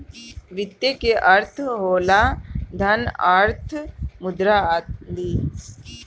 वित्त के अर्थ होला धन, अर्थ, मुद्रा आदि